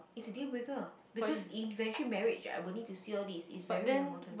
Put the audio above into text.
it's a deal breaker because eventually marriage I will need to see all this it's very very important